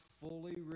fully